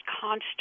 constant